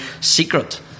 secret